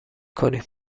کنیم